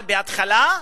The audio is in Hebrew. אבל בהתחלה,